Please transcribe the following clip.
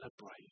celebrate